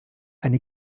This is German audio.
eine